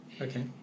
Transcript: Okay